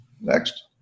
Next